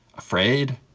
afraid,